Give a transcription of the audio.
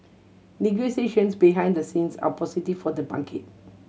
negotiations behind the scenes are positive for the market